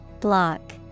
Block